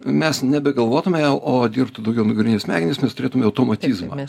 mes nebegalvotume o dirbtų daugiau nugarinės smegenys mes turėtume automatizmą